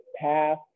path